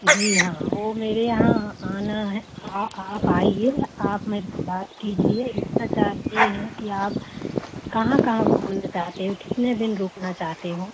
जी हाँ वो मेरे यहाँ आना है आप आइए आप मेरे से बात कीजिए इसका चार्ज ये है कि आप कहाँ कहाँ घूमना चाहते हो कितने दिन रुकना चाहते हो